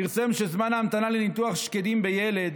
פרסם שזמן ההמתנה לניתוח שקדים של ילד,